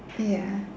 ya